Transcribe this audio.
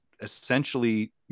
essentially